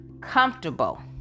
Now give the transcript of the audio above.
comfortable